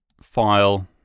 file